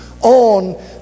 on